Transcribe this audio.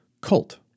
cult